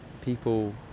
people